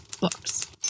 books